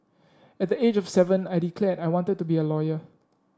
at the age of seven I declared I wanted to be a lawyer